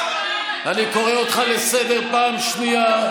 אני קורא אותך לסדר בפעם השנייה.